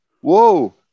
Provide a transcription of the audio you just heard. Whoa